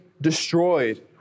destroyed